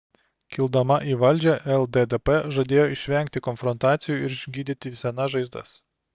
kildama į valdžią lddp žadėjo išvengti konfrontacijų ir išgydyti senas žaizdas